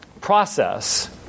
process